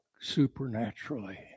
supernaturally